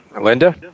Linda